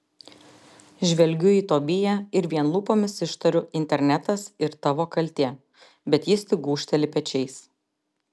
žvelgiu į tobiją ir vien lūpomis ištariu internetas ir tavo kaltė bet jis tik gūžteli pečiais